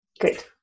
Good